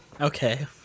Okay